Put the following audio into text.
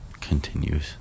continues